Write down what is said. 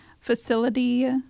facility